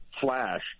flash